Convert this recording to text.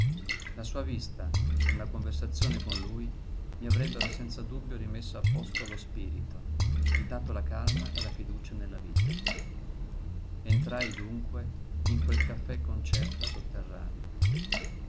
la sua vista una conversazione con lui mi avrebbero senza dubbio rimesso a posto lo spirito ridato la calma e la fiducia nella vita entrai dunque in quel caffè-concerto sotterraneo